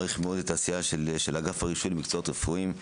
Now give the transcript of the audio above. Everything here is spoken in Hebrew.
מעריך מאוד את העשייה של האגף הרישוי למקצועות רפואיים.